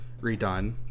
redone